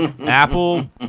Apple